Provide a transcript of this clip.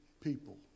people